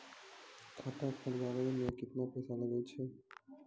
खाता खोलबाबय मे केतना पैसा लगे छै?